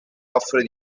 offre